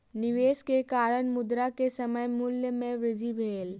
निवेश के कारण, मुद्रा के समय मूल्य में वृद्धि भेल